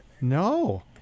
No